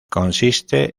consiste